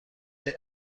der